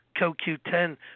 CoQ10